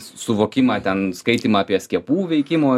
suvokimą ten skaitymą apie skiepų veikimo